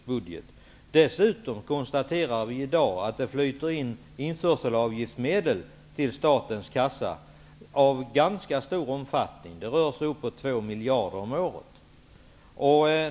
Dessutom kan vi i dag konstatera att införselavgiftsmedel flyter in till statens kassa i ganska stor omfattning. Det rör sig om ca 2 miljarder kronor om året.